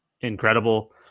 incredible